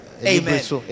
Amen